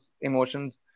emotions